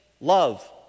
Love